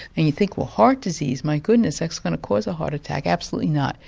and you think well heart disease, my goodness, that's going to cause a heart attack. absolutely not.